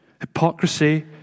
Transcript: Hypocrisy